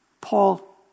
Paul